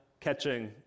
catching